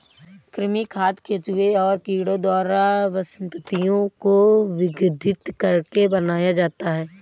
कृमि खाद केंचुआ और कीड़ों द्वारा वनस्पतियों को विघटित करके बनाया जाता है